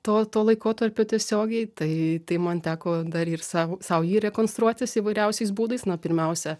to to laikotarpio tiesiogiai tai tai man teko dar ir sau sau jį rekonstruotis įvairiausiais būdais na pirmiausia